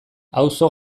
auzo